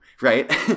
Right